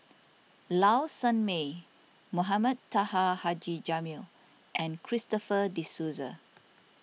Low Sanmay Mohamed Taha Haji Jamil and Christopher De Souza